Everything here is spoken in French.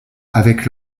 avec